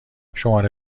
شماره